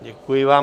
Děkuji vám.